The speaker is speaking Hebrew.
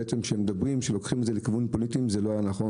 בעצם כשמדברים ולוקחים את זה לכיוונים פוליטיים זה לא היה נכון.